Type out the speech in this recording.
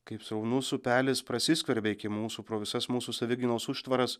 kaip sraunus upelis prasiskverbia iki mūsų pro visas mūsų savigynos užtvaras